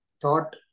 thought